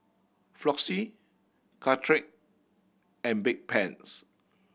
Floxia Caltrate and Bedpans